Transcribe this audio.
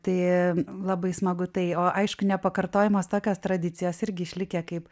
tai labai smagu tai o aišku nepakartojamos tokios tradicijos irgi išlikę kaip